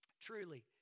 Truly